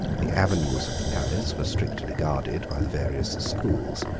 the avenues of the palace were strictly guarded by the various schools,